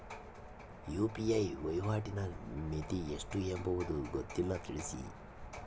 UPI ವಹಿವಾಟಿನ ಮಿತಿ ಎಷ್ಟು ಎಂಬುದು ಗೊತ್ತಿಲ್ಲ? ತಿಳಿಸಿ?